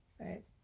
right